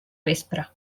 vespra